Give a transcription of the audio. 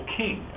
king